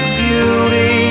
beauty